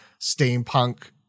steampunk